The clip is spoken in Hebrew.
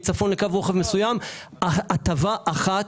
מצפון לקו רוחב מסוים הטבה אחת,